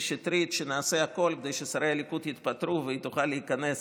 שטרית שנעשה הכול כדי ששרי הליכוד יתפטרו והיא תוכל להיכנס